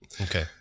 Okay